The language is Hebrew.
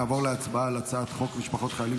נעבור להצבעה על הצעת חוק משפחות חיילים